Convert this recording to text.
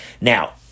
Now